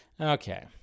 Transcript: Okay